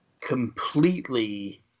completely